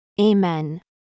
Amen